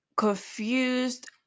Confused